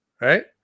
Right